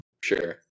Sure